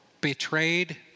betrayed